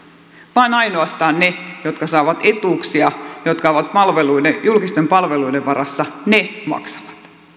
vaan ainoastaan ne jotka saavat etuuksia jotka ovat julkisten palveluiden varassa maksavat